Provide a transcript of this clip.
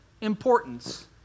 importance